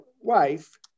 wife